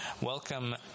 Welcome